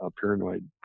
paranoid